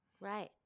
Right